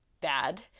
bad